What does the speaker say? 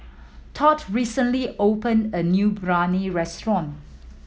Tod recently opened a new Biryani restaurant